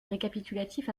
récapitulatif